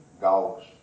dogs